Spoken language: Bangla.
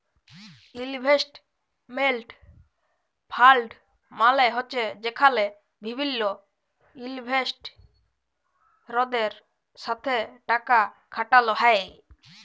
ইলভেসেটমেল্ট ফালড মালে হছে যেখালে বিভিল্ল ইলভেস্টরদের সাথে টাকা খাটালো হ্যয়